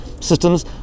systems